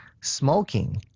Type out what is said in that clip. smoking